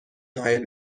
نایل